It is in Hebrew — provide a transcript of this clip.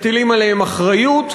מטילים עליהן אחריות,